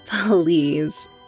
Please